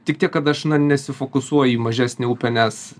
tik tiek kad aš na nesufokusuoju į mažesnę upę nes